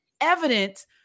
evidence